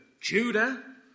Judah